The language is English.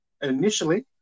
initially